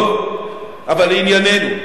טוב, אבל לענייננו,